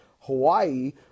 Hawaii